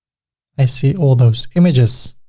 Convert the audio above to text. i see all those images.